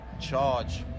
charge